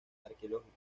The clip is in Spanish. arqueológicos